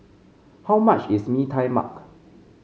how much is Mee Tai Mak